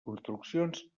construccions